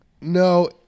No